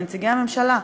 לנציגי הממשלה: